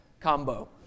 combo